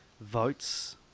votes